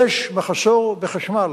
יש מחסור בחשמל.